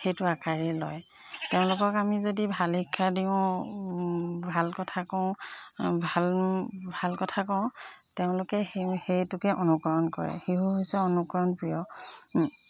সেইটো আকাৰেই লয় তেওঁলোকক যদি আমি ভাল শিক্ষা দিওঁ ভাল কথা কওঁ ভাল ভাল কথা কওঁ তেওঁলোকে সেই সেইটোকে অনুকৰণ কৰে শিশু হৈছে অনুকৰণ প্ৰিয়